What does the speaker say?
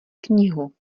knihu